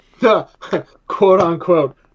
quote-unquote